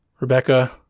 Rebecca